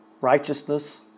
righteousness